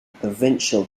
provincial